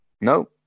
No